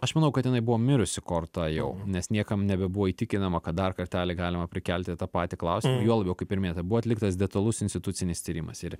aš manau kad jinai buvo mirusi korta jau nes niekam nebebuvo įtikinama kad dar kartelį galima prikelti tą patį klausimą juo labiau kaip ir minėta buvo atliktas detalus institucinis tyrimas ir